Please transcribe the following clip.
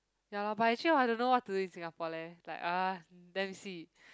ya lah but actually I don't know what to do in Singapore leh like uh let me see